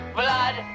blood